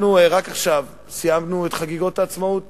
רק עכשיו סיימנו את חגיגות העצמאות,